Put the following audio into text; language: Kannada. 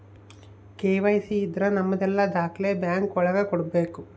ಕೆ.ವೈ.ಸಿ ಇದ್ರ ನಮದೆಲ್ಲ ದಾಖ್ಲೆ ಬ್ಯಾಂಕ್ ಒಳಗ ಕೊಡ್ಬೇಕು